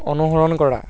অনুসৰণ কৰা